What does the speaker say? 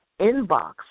inbox